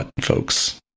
folks